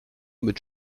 mit